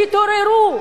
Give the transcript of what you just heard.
תתעוררו.